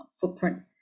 footprint